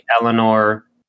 Eleanor